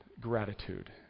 gratitude